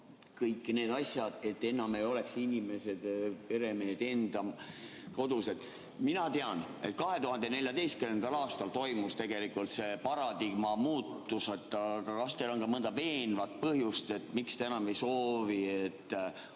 kõik need asjad, et enam ei oleks inimesed peremehed enda kodus. Mina tean, 2014. aastal toimus tegelikult see paradigma muutus. Aga kas teil on ka mõnda veenvat põhjust, miks te enam ei soovi, et